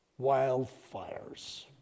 wildfires